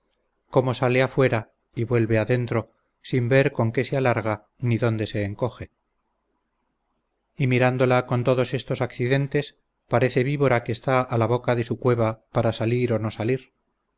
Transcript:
cómo sale afuera y vuelve adentro sin ver con qué se alarga ni dónde se encoge y mirándola con todos estos accidentes parece víbora que está a la boca de su cueva para salir o no salir